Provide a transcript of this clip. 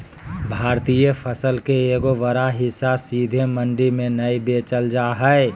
भारतीय फसल के एगो बड़ा हिस्सा सीधे मंडी में नय बेचल जा हय